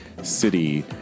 city